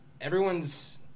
Everyone's